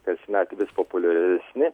kasmet vis populiaresni